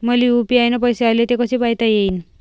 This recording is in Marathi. मले यू.पी.आय न पैसे आले, ते कसे पायता येईन?